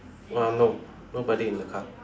uh no nobody in the car